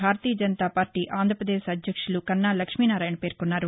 భారతీయ Janata party Andhra Pradesh అధ్యక్షులు కన్నా లక్ష్మీనారాయణ పేర్కొన్నారు